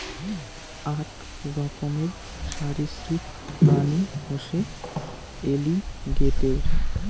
আক রকমের সরীসৃপ প্রাণী হসে এলিগেটের